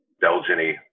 Belgian-y